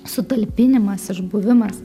sutalpinimas išbuvimas